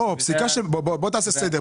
תעשה סדר.